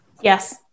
Yes